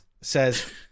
says